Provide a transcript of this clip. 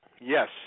Yes